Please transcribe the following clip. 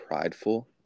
prideful